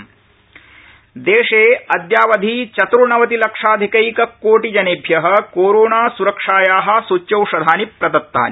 Covid update देशे अद्यावधि चतुर्णवतिलक्षाधिकैककोटिजनेभ्य कोरोनासुरक्षाया सूच्यौषधानि प्रदल्तानि